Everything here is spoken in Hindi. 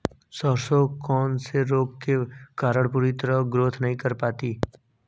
सरसों कौन से रोग के कारण पूरी तरह ग्रोथ नहीं कर पाती है?